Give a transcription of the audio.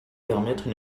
permettre